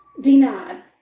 denied